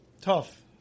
Tough